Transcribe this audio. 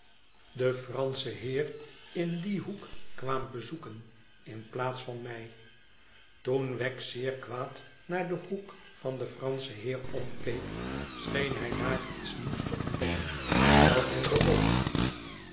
den franschen neer in dien hoek kwaamt bezoeken in plaats van mij toen wegg zeer kwaad naar den hoek van den franschen heer omkeek scheen hij daar iets nieuws te ontdekken dat hem bewoog